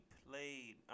played